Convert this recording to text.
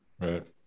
right